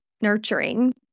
nurturing